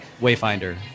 Wayfinder